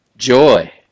joy